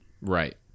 Right